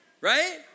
right